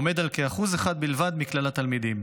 עומד על כ-1% בלבד מכלל התלמידים.